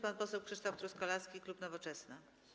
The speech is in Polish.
Pan poseł Krzysztof Truskolaski, klub Nowoczesna.